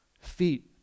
feet